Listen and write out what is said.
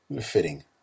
fitting